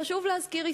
חשוב להזכיר,